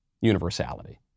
universality